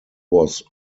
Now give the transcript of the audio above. was